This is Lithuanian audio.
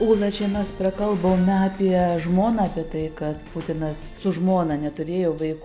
ūla čia mes prakalbome apie žmoną apie tai kad putinas su žmona neturėjo vaikų